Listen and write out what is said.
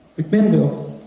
mcminnville.